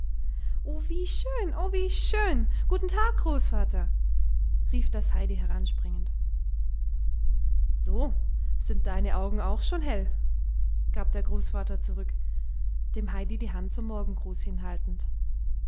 o wie schön o wie schön guten tag großvater rief das heidi heranspringend so sind deine augen auch schon hell gab der großvater zurück dem heidi die hand zum morgengruß hinhaltend